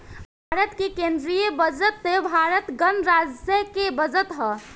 भारत के केंदीय बजट भारत गणराज्य के बजट ह